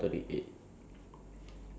is about